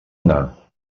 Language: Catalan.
anar